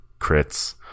crits